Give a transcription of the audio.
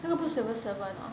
那个不 civil servant hor